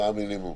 מה המינימום?